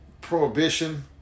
prohibition